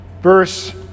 Verse